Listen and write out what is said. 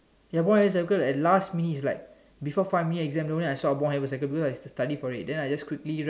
ya the point is ah because at last minute is like before five minute exam I short of because I study for it then I just quickly write